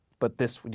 but this,